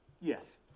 Yes